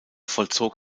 vollzog